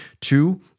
Two